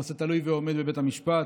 הנושא תלוי ועומד בבית המשפט,